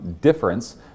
Difference